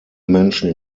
menschen